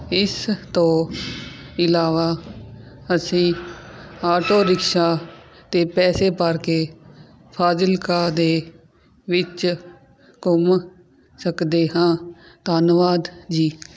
ਇਸ ਤੋਂ ਇਲਾਵਾ ਅਸੀਂ ਆਟੋ ਰਿਕਸ਼ਾ 'ਤੇ ਪੈਸੇ ਭਰ ਕੇ ਫ਼ਾਜ਼ਿਲਕਾ ਦੇ ਵਿੱਚ ਘੁੰਮ ਸਕਦੇ ਹਾਂ ਧੰਨਵਾਦ ਜੀ